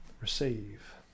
receive